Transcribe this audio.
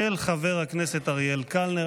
של חבר הכנסת אריאל קלנר.